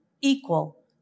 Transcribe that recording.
equal